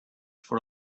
for